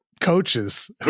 coaches